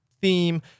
theme